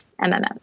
MMM